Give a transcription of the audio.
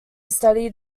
study